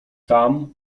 tam